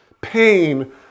Pain